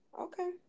okay